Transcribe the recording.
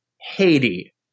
Haiti